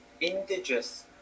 indigenous